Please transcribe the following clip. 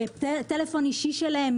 טלפון אישי שלהם,